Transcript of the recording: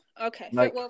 Okay